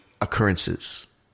occurrences